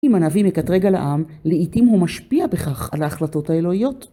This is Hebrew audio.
אם הנביא מקטרג על העם, לעתים הוא משפיע בכך על ההחלטות האלוהיות.